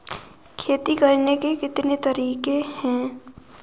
खेती करने के कितने तरीके हैं?